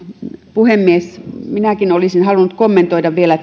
puhemies minäkin olisin halunnut kommentoida vielä